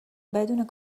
بدون